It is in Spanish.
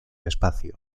espacio